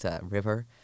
river